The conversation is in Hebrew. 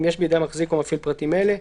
אם יש בידי המחזיק או המפעיל פרטים אלה.